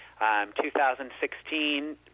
2016